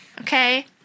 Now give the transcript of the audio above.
Okay